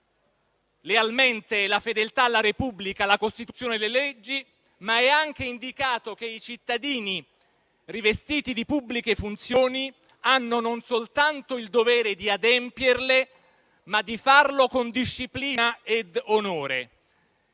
lealmente la fedeltà alla Repubblica, alla Costituzione e alle leggi, però è anche indicato che i cittadini investiti di pubbliche funzioni hanno il dovere non soltanto di adempiervi, ma anche di farlo con disciplina e onore.